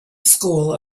school